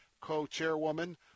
co-chairwoman